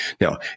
Now